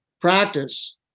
practice